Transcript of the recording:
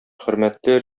хөрмәтле